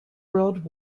world